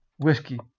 Whiskey